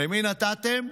למי נתתם?